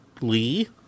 Lee